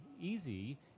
easy